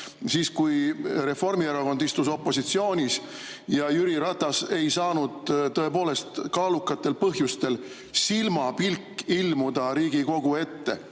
siis, kui Reformierakond istus opositsioonis ja Jüri Ratas ei saanud tõepoolest kaalukatel põhjustel silmapilk ilmuda Riigikogu ette,